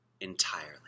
entirely